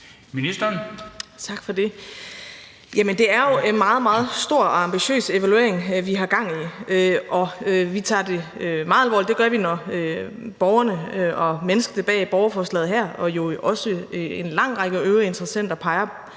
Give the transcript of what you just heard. en meget, meget stor og ambitiøs evaluering, vi har gang i, og vi tager det meget alvorligt; det gør vi, når borgerne og menneskene bag borgerforslaget her og jo også en lang række øvrige interessenter peger på,